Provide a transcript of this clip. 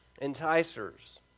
enticers